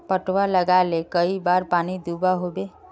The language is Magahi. पटवा लगाले कई बार पानी दुबा होबे?